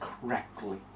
correctly